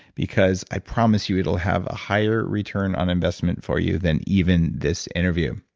because i promise you it'll have a higher return on investment for you than even this interview.